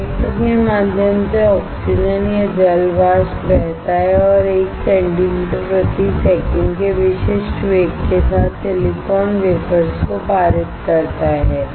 reactor के माध्यम से ऑक्सीजन या जल वाष्प बहता है और 1 सेंटीमीटर प्रति सेकंड के विशिष्ट वेग के साथ सिलिकॉन वेफर्स को पारित करता है